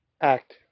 act